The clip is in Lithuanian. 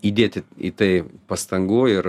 įdėti į tai pastangų ir